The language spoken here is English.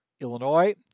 illinois